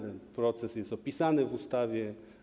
Ten proces jest opisany w ustawie.